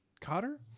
Cotter